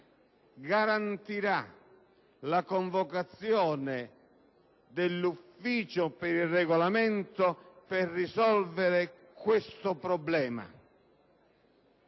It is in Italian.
garantirà la convocazione della Giunta per il Regolamento per risolvere questo problema.